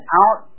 out